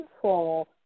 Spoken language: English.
control